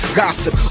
gossip